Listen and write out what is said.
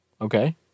Okay